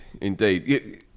indeed